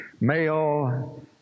male